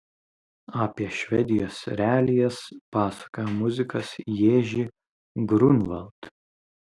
apie švedijos realijas pasakoja muzikas ježy grunvald